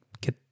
get